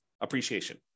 appreciation